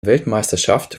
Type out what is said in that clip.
weltmeisterschaft